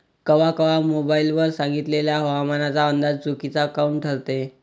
कवा कवा मोबाईल वर सांगितलेला हवामानाचा अंदाज चुकीचा काऊन ठरते?